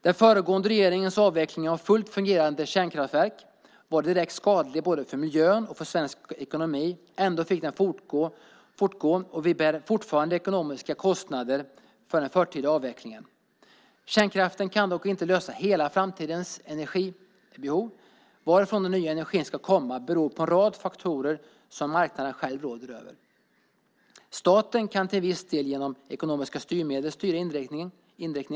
Den föregående regeringens avveckling av fullt fungerande kärnkraftverk var direkt skadlig både för miljön och för svensk ekonomi. Ändå fick den fortgå, och vi bär fortfarande ekonomiska kostnader för den förtida avvecklingen. Kärnkraften kan dock inte lösa hela framtidens energibehov. Varifrån den nya energin ska komma beror på en rad faktorer som marknaden själv råder över. Staten kan till viss del genom ekonomiska styrmedel styra inriktningen.